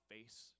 face